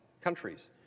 countries